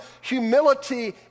humility